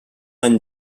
any